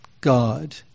God